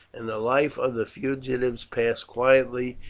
and the life of the fugitives passed quietly,